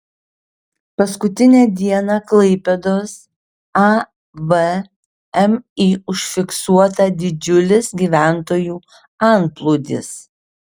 paskutinę dieną klaipėdos avmi užfiksuota didžiulis gyventojų antplūdis